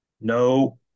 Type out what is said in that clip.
No